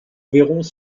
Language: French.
verrons